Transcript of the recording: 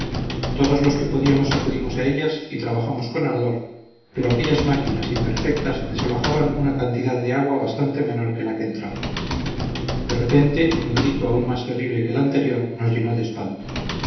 todos los que podíamos acudimos a ellas y trabajamos con ardor pero aquellas máquinas imperfectas desalojaban una cantidad de agua bastante menor que la que entraba de repente un grito aún más terrible que el anterior nos llenó de espanto